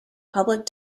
public